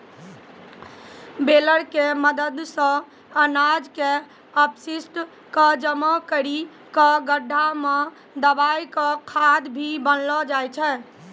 baler के मदद सॅ अनाज के अपशिष्ट क जमा करी कॅ गड्ढा मॅ दबाय क खाद भी बनैलो जाय छै